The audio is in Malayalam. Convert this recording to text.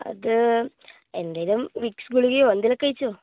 അതു എന്തെങ്കിലും വിക്സ് ഗുളികയോ എന്തെങ്കിലുമൊക്കെ കഴിച്ചോ